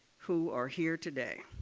who are here today.